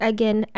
Again